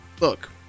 look